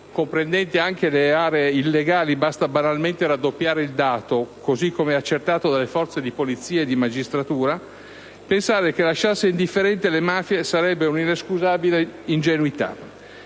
comprendente anche le aree illegali, basta banalmente raddoppiare il dato, così come accertato dalle forze di polizia e dalla magistratura - lasciasse indifferenti le mafie sarebbe un'inescusabile ingenuità.